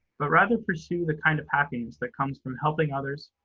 but rather, pursue the kind of happiness that comes from helping others,